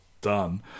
done